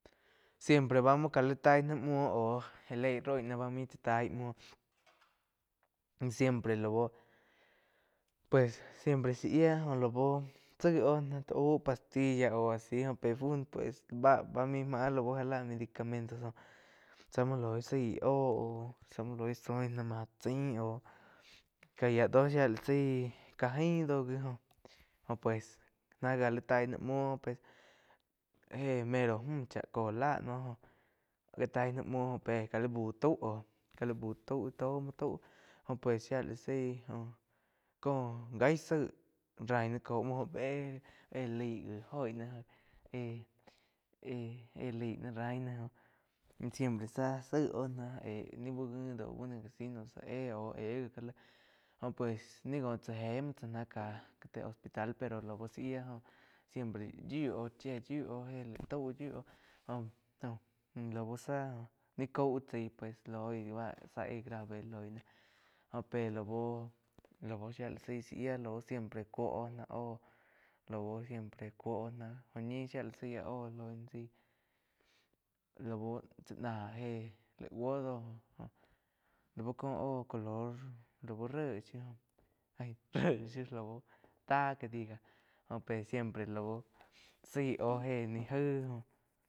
Siempre bá muo ká la taí náh muo óh gá leí roi náh báh maih tsá taí muo siempre lau pues siempre zá yía lau záihh óh náh ti au pastilla o a si óh pe fu ná pues báh maíh bá lau gá la medicamentos zá muo loi zái óh aú zá muo loi zoin náh máh chain aú ká yía do shía la saíh ká jain do gi óh pues náh ga lá taíh ná muo éh mero müh chá kóh lá noh já tain náh muo jo pe ká la buh tau óh ká la bu toh muo tau pues shía la zaí cóh gaí zaig raíh ná chau muo éh laig gi joi náh éh-éh laig náh rai ná siempre záh saig óh náh ni bu ngo dau bá no gá zíín naum zá éh óh éh gi já laig pues nih ngo já éh muo tsá ná ka ti hospital pero laug zá yía joh yíu oh chía yíu oh éh nih taú yiu oh jó-jó laú záh cáu tsaí pues loi zá éh grabe loi náh óh pe lau shía la zaí zá yíah siempre cúo oh náh óh. Lau siempre cúo oh ná óh ñih shía la zaí áh óh lói náh zaí lau chá náh héh laig buo doh lau cóh óh color lau réh tá que diga jo pe siempre laú zái óh héh ni jaí oh.